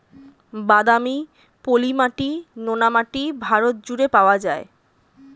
বাদামি, পলি মাটি, নোনা মাটি ভারত জুড়ে পাওয়া যায়